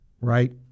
right